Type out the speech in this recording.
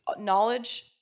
knowledge